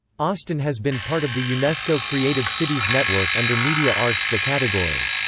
austin has been part of the unesco creative cities network under media arts the category.